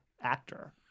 actor